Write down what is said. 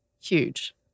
Huge